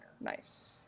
Nice